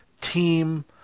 team